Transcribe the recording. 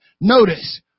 Notice